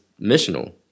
missional